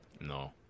No